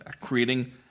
creating